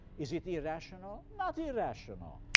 is it irrational? not irrational.